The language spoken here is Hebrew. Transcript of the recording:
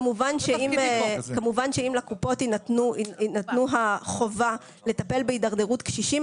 כמובן שאם לקופות תינתן החובה לטפל בהידרדרות קשישים,